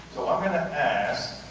so i'm gonna ask.